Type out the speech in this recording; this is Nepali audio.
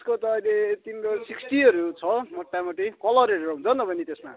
त्यसको त अहिले तिम्रो सिक्स्टीहरू छ मोटामोटी कलर हेरेर हुन्छ नि त बहिनी त्यसमा